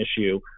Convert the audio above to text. issue